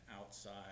outside